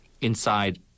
inside